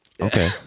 okay